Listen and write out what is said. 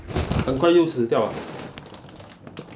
很快又死掉 ah